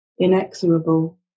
inexorable